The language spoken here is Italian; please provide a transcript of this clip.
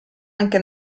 anche